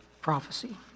prophecy